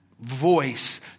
voice